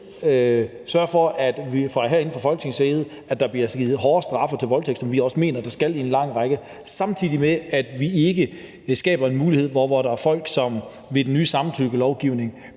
side bliver givet hårde straffe til voldtægt, hvad vi også mener der skal være i en lang række sager, samtidig med at vi ikke skaber en mulighed for, at der kan være folk, som med den nye samtykkelovgivning